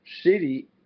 city